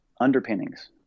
underpinnings